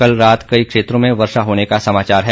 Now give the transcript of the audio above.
कल रात कई क्षेत्रों में वर्षा होने का समाचार है